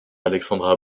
alexandra